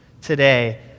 today